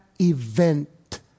event